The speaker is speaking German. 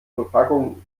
verpackung